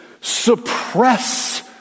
suppress